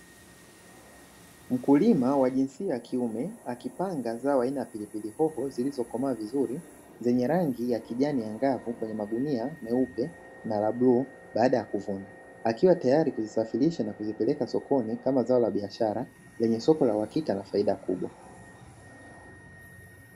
Mkulima wa jinsia ya kiume akipanga zao aina ya pilipili hoho zilizokomaa vizuri zenye rangi ya kijani angavu kwenye magunia meupe na labluu baada ya kuvuna, akiwa tayari kuzisafirisha na kupeleka sokoni kama zao la biashara lenye soko la uwakika na faida kubwa